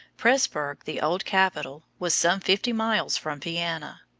presburg, the old capital, was some fifty miles from vienna.